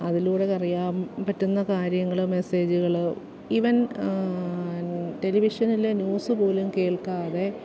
അതിലൂടെ അറിയാൻ പറ്റുന്ന കാര്യങ്ങള് മെസ്സേജുകള് ഈവൻ ടെലിവിഷനിലെ ന്യൂസുപോലും കേൾക്കാതെ